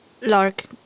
Lark